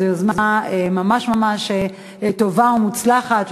שזו יוזמה ממש ממש טובה ומוצלחת,